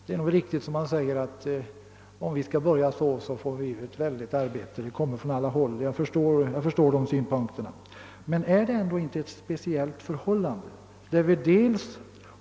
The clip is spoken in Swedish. Det är nog riktigt som kommunikationsministern säger, att det blir mycket arbete och att ansökningar kommer från olika håll.